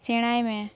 ᱥᱮᱬᱟᱭ ᱢᱮ